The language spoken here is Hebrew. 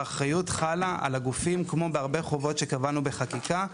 האחריות חלה על הגופים כמו בהרבה חובות שקבענו בחקיקה.